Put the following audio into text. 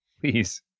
Please